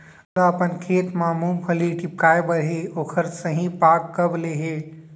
मोला अपन खेत म मूंगफली टिपकाय बर हे ओखर सही पाग कब ले हे?